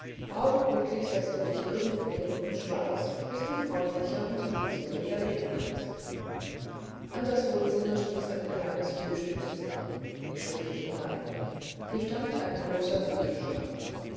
augenblicklich setzest du dich irgendwo hin und schweigst bis du freundlicher und liebenswürdiger reden kannst an das wohnzimmer stieß ein kleines frühstückszimmer ich schlüpfte hinein hier stand ein großer bücherschrank